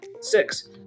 six